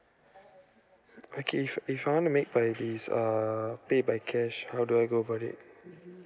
okay if if I want to make by this uh pay by cash how do I go for it